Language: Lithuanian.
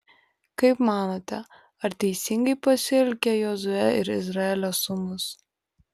kaip manote ar teisingai pasielgė jozuė ir izraelio sūnus